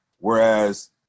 Whereas